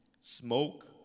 Smoke